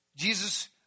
Jesus